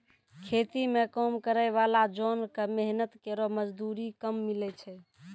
खेती म काम करै वाला जोन क मेहनत केरो मजदूरी कम मिलै छै